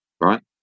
right